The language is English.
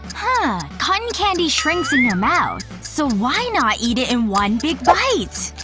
ah cotton candy shrinks in your mouth, so why not eat it in one big bite?